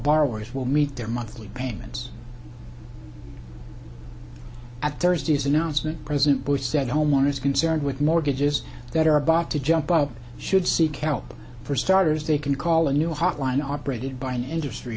borrowers will meet their monthly payments at thursday's announcement president bush said homeowners concerned with mortgages that are about to jump up should seek help for starters they can call a new hotline our brain by an industry